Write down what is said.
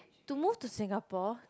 to move to Singapore